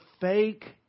fake